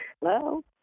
Hello